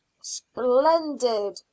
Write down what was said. Splendid